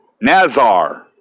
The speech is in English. Nazar